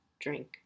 drink